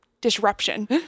disruption